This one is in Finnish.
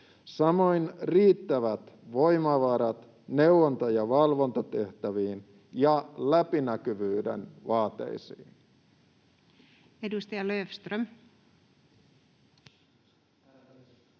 samoin riittävät voimavarat neuvonta- ja valvontatehtäviin ja läpinäkyvyyden vaateisiin.